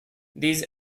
these